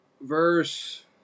Verse